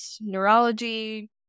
neurology